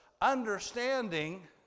understanding